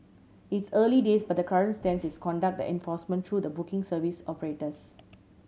it's early days but the current stance is conduct the enforcement through the booking service operators